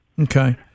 Okay